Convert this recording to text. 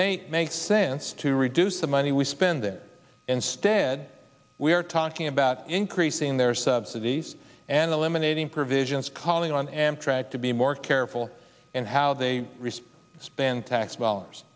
make make sense to reduce the money we spend them instead we are talking about increasing their subsidies and eliminating provisions calling on amtrak to be more careful in how they respond spend tax dollars